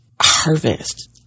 harvest